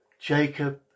Jacob